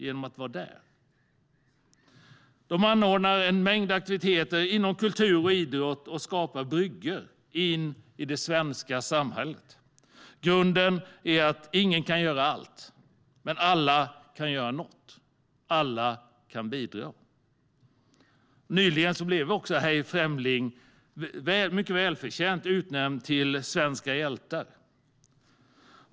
Föreningen anordnar en mängd aktiviteter inom kultur och idrott och skapar bryggor in i det svenska samhället. Grunden är att ingen kan göra allt, men alla kan göra något, alla kan bidra. Nyligen blev Hej främling! mycket välförtjänt utnämnd till Svenska hjältar.